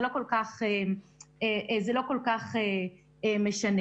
זה לא משנה.